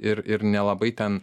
ir ir nelabai ten